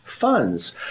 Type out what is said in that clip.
funds